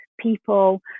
people